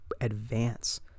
advance